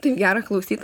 taip gera klausyt